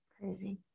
Crazy